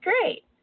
Great